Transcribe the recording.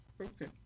Okay